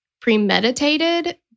premeditated